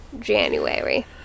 January